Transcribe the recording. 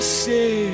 say